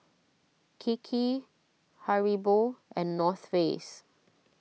Kiki Haribo and North Face